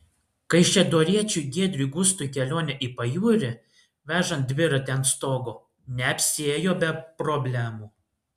kaišiadoriečiui giedriui gustui kelionė į pajūrį vežant dviratį ant stogo neapsiėjo be problemų